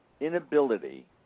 inability